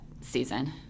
season